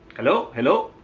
hello? hello?